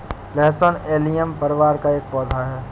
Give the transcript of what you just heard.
लहसुन एलियम परिवार का एक पौधा है